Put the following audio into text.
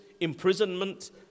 imprisonment